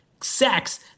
sex